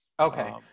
Okay